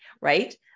right